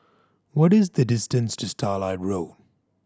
what is the distance to Starlight Road